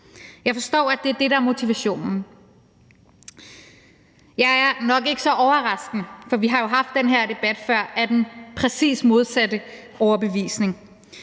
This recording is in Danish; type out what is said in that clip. Jeg forstår, at det er det, der er motivationen. Jeg er nok ikke så overraskende – for vi har jo haft den her debat før – af den præcis modsatte overbevisning: